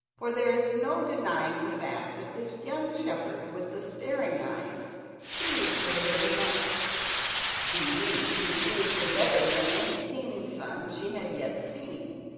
for there is no denying the fact that this young shepherd with the staring eyes pleased her very much indeed he pleased her better than any king's son she had yet seen.